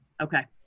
Okay